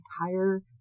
entire